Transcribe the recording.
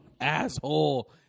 Asshole